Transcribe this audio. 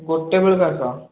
ଗୋଟେ ବେଳକୁ ଆସ